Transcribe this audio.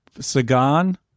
Sagan